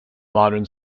modern